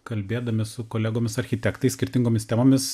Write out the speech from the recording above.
kalbėdami su kolegomis architektais skirtingomis temomis